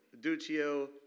Duccio